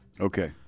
Okay